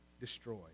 destroy